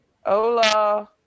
Hola